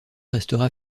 restera